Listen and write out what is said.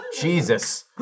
Jesus